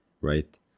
right